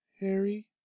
Harry